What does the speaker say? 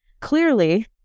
clearly